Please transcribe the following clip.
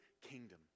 kingdom